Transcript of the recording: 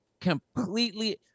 completely